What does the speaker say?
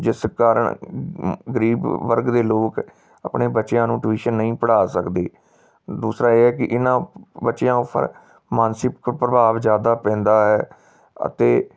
ਜਿਸ ਕਾਰਨ ਗਰੀਬ ਵਰਗ ਦੇ ਲੋਕ ਆਪਣੇ ਬੱਚਿਆਂ ਨੂੰ ਟਿਊਸ਼ਨ ਨਹੀਂ ਪੜ੍ਹਾ ਸਕਦੇ ਦੂਸਰਾ ਇਹ ਹੈ ਕਿ ਇਹਨਾਂ ਬੱਚਿਆਂ ਉੱਪਰ ਮਾਨਸਿਕ ਪ੍ਰਭਾਵ ਜ਼ਿਆਦਾ ਪੈਂਦਾ ਹੈ ਅਤੇ